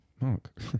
Mark